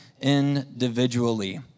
individually